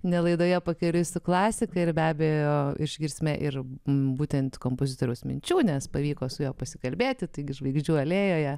ne laidoje pakeliui su klasika ir be abejo išgirsime ir būtent kompozitoriaus minčių nes pavyko su juo pasikalbėti taigi žvaigždžių alėjoje